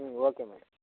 okay madam